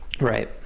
right